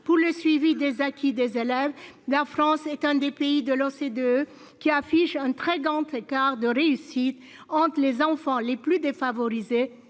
pour le suivi des acquis des élèves d'Air France est un des pays de l'OCDE qui affiche un très grand écart de réussite entre les enfants les plus défavorisés